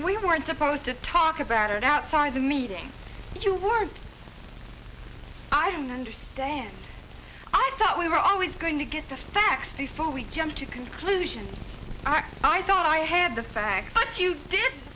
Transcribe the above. we weren't supposed to talk about it out for the meeting and you weren't i don't understand i thought we were always going to get the facts before we jump to conclusions are i thought i had the facts but you did